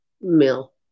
mill